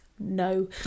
no